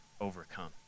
overcome